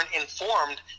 informed